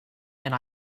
and